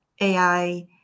AI